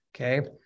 okay